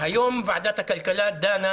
היום ועדת הכלכלה דנה